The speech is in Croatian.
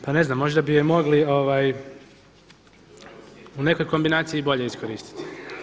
Pa ne znam možda bi je mogli u nekoj kombinaciji i bolje iskoristiti.